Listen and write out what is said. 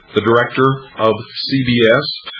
the director of cbs,